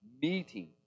meeting